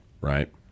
Right